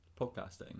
podcasting